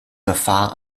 gefahr